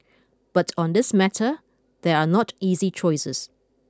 but on this matter there are not easy choices